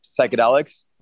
psychedelics